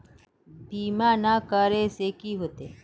बीमा ना करेला से की होते?